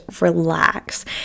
relax